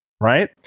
Right